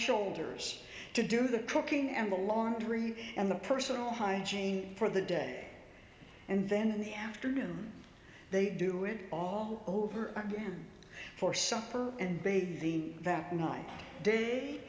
shoulders to do the cooking and the laundry and the personal hygiene for the day and then in the afternoon they do it all over for supper and bathing that night day